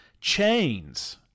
chains